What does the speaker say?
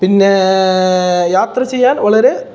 പിന്നെ യാത്ര ചെയ്യാൻ വളരെ